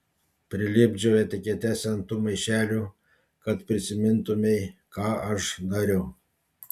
prilipdžiau etiketes ant tų maišelių kad prisimintumei ką aš dariau